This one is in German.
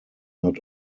not